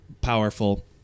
powerful